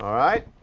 um right?